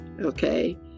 okay